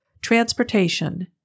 Transportation